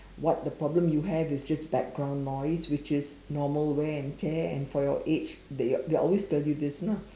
what the problem you have is just background noise which is normal wear and tear and for your age they they always tell you this you know